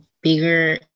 bigger